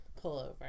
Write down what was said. pullover